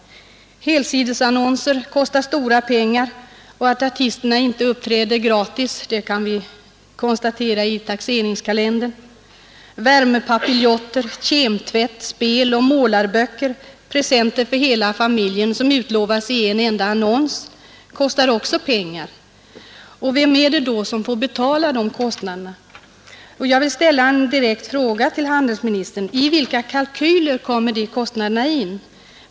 Helsidesannonser kostar stora pengar, och att artisterna inte uppträder gratis kan konstateras i taxeringskalendern. Värmepapiljotter, kemtvätt, speloch målarböcker samt presenter för hela familjen som utlovas i en enda annons kostar också pengar. Vem får då betala de kostnaderna? Jag vill ställa en direkt fråga till handelsministern: I vilka kalkyler kommer de kostnaderna in?